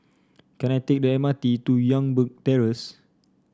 can I take the M R T to Youngberg Terrace